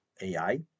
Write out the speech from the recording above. AI